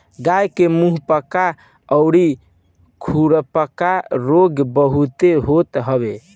गाई के मुंहपका अउरी खुरपका रोग बहुते होते हवे